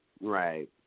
right